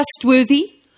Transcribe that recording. trustworthy